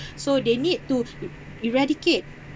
so they need to eradicate